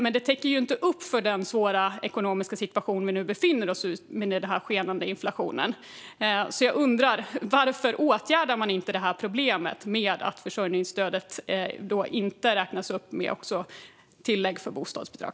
Men det täcker ju inte upp för den svåra ekonomiska situation vi nu befinner oss i med den skenande inflationen. Jag undrar varför man inte åtgärdar problemet med att försörjningsstödet inte räknas upp med tillägg för bostadsbidrag.